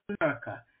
America